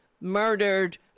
murdered